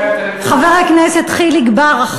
חבר הכנסת חיליק בר,